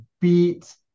beat